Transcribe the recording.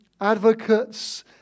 advocates